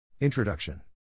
Introduction